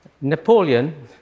Napoleon